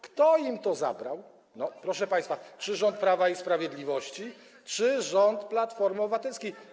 Kto im to zabrał, proszę państwa, rząd Prawa i Sprawiedliwości czy rząd Platformy Obywatelskiej?